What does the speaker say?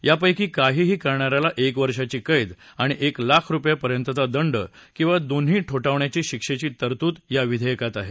यापैकी काहीही करणा याला एक वर्षांची केद आणि एक लाख रुपये पर्यंतचा दंड किंवा दोन्ही ठोठावण्याच्या शिक्षेची तरतूद या विघेयकात आहे